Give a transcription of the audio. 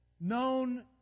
known